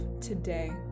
today